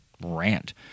rant